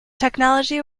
technology